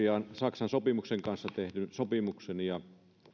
saksan kanssa tehdyn sopimuksen ja